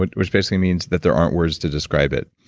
but which basically means that there aren't words to describe it.